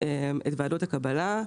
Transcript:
את ועדות הקבלה,